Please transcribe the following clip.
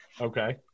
Okay